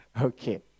okay